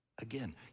again